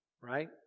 right